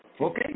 Okay